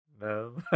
No